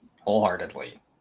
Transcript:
wholeheartedly